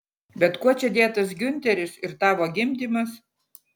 bet kuo čia dėtas giunteris ir tavo gimdymas